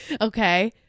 Okay